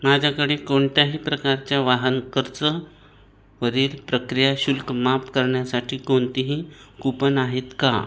माझ्याकडे कोणत्याही प्रकारच्या वाहन कर्जावरील प्रक्रिया शुल्क माफ करण्यासाठी कोणतीही कूपन आहेत का